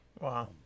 Wow